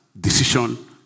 decision